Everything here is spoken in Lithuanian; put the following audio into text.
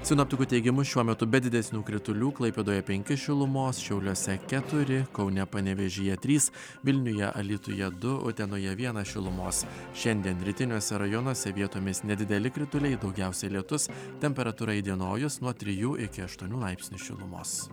sinoptikų teigimu šiuo metu be didesnių kritulių klaipėdoje penki šilumos šiauliuose keturi kaune panevėžyje trys vilniuje alytuje du utenoje vienas šilumos šiandien rytiniuose rajonuose vietomis nedideli krituliai daugiausiai lietus temperatūra įdienojus nuo trijų iki aštuonių laipsnių šilumos